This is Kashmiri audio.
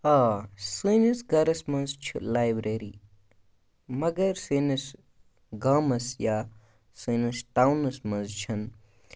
آ سٲنِس گَرَس منٛز چھِ لایبریری مگر سٲنِس گامَس یا سٲنِس ٹاونَس منٛز چھِنہٕ